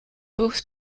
both